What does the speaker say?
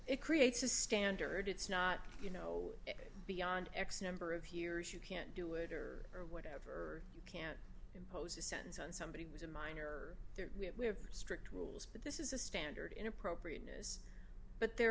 it creates a standard it's not you know beyond x number of years you can't do it or or whatever you can't impose a sentence on somebody was a minor there we have we have strict rules but this is a standard inappropriateness but there